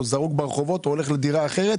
זרוק ברחובות או שוכר דירה אחרת,